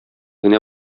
генә